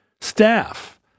staff